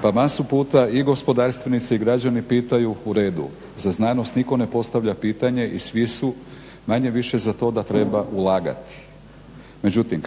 Pa masu puta i gospodarstvenici i građani pitaju uredu za znanost nitko ne postavlja pitanje i svi su manje-više za to da treba ulagati. Međutim